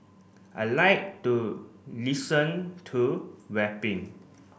I like to listen to rapping